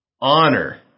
honor